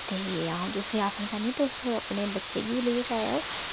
ते अ'ऊं तुसेंगी आखना चाहन्नीं तुस अपने बच्चें गी बी लेइयै जाएओ